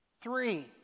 Three